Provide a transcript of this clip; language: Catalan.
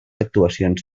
actuacions